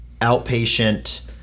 outpatient